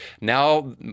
now